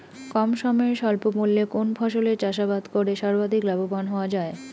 কম সময়ে স্বল্প মূল্যে কোন ফসলের চাষাবাদ করে সর্বাধিক লাভবান হওয়া য়ায়?